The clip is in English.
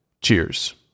cheers